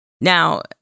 Now